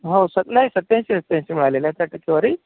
हो सर नाही सत्याऐंशी सत्याऐंशी मिळालेले आहेत सर टक्केवारी